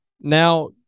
Now